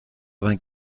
vingt